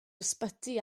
ysbyty